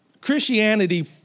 Christianity